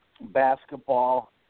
basketball